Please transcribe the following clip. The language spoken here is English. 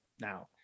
now